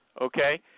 okay